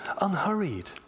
unhurried